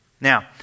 Now